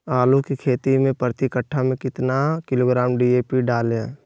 आलू की खेती मे प्रति कट्ठा में कितना किलोग्राम डी.ए.पी डाले?